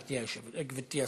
גברתי השרה.